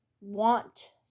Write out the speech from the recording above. want